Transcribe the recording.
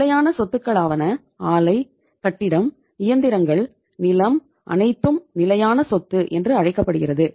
நிலையான சொத்துக்களாவன ஆலை கட்டிடம் இயந்திரங்கள் நிலம் அனைத்தும் நிலையான சொத்து என்று அழைக்கப்படுகிறது